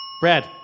Brad